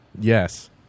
Yes